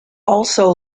also